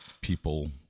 people